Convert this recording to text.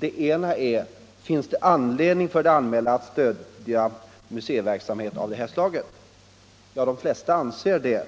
Den ena är: Finns det anledning för det allmänna att stödja museiverksamhet av det här slaget? Ja, de flesta anser det.